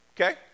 okay